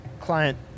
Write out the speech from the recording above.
client